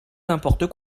n’importe